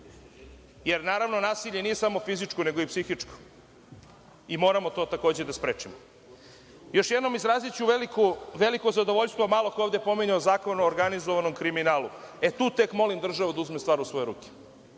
jer, naravno, nasilje nije samo fizičko, nego i psihičko i moramo to takođe da sprečimo. Još jednom izraziću veliko zadovoljstvo, malo ko je ovde spominjao Zakon o organizovanom kriminalu, tu tek molim državu da uzme stvar u svoje ruke.